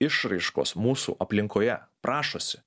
išraiškos mūsų aplinkoje prašosi